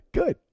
good